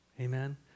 Amen